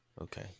Okay